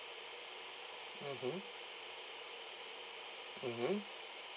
mmhmm mmhmm